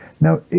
Now